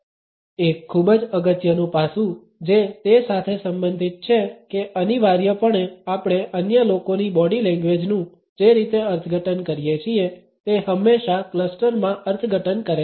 3037 એક ખૂબ જ અગત્યનું પાસું જે તે સાથે સંબંધિત છે કે અનિવાર્યપણે આપણે અન્ય લોકોની બોડી લેંગ્વેજનુ જે રીતે અર્થઘટન કરીએ છીએ તે હંમેશા ક્લસ્ટર માં અર્થઘટન કરે છે